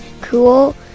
cool